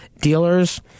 dealers